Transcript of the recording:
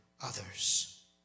others